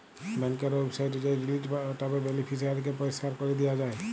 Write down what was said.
ব্যাংকের ওয়েবসাইটে যাঁয়ে ডিলিট ট্যাবে বেলিফিসিয়ারিকে পরিষ্কার ক্যরে দিয়া যায়